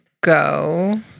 go